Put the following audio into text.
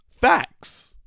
Facts